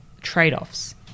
trade-offs